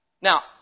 Now